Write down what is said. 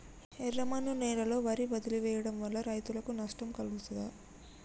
ఎర్రమన్ను నేలలో వరి వదిలివేయడం వల్ల రైతులకు నష్టం కలుగుతదా?